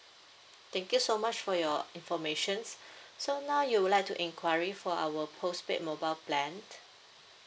thank you so much for your informations so now you would like to enquiry for our postpaid mobile plan